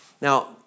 Now